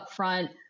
upfront